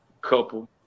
couple